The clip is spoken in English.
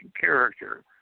character